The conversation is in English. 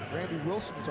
randi wilson,